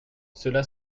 cela